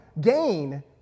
gain